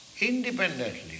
independently